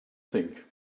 think